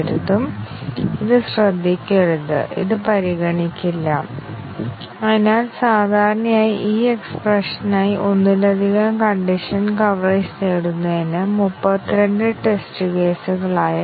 അതിനാൽ അതിനായി നമുക്ക് ഒരു ഉദാഹരണമെങ്കിലും നൽകാം അവിടെ ഞങ്ങൾ സ്റ്റേറ്റ്മെന്റ് കവറേജ് നേടുന്നുവെന്ന് കാണിക്കുന്നു പക്ഷേ അത് സ്റ്റേറ്റ്മെന്റ് കവറേജ് ബ്രാഞ്ച് കവറേജ് നേടുന്നില്ലെന്ന് കാണിക്കുന്ന ബ്രാഞ്ച് കവറേജ് നേടുന്നില്ല